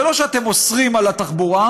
זה לא שאתם אוסרים התחבורה,